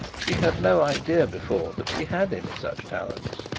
she had no idea before that she had any such talents.